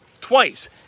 twice